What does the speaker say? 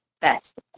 best